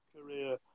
career